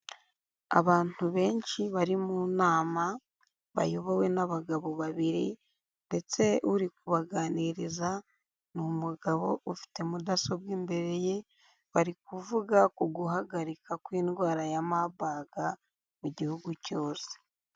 Abantu benshi bari mu nama bayobowe n'abagabo babiri ndetse uri kubaganiriza ni umugabo ufite mudasobwa imbere ye, bari kuvuga k'uguhagarika kw'indwara ya mabaga mu gihugu cyose.